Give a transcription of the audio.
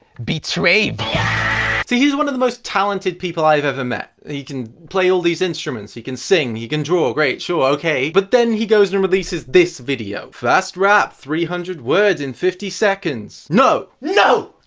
betrave so he's one of the most talented people i've ever met. he can play all these instruments he can sing. he can draw. great. sure. okay. but then, he goes and releases this video. fast rap three hundred words in fifty seconds no. no!